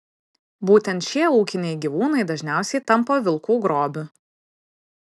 būtent šie ūkiniai gyvūnai dažniausiai tampa vilkų grobiu